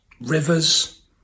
rivers